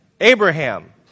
Abraham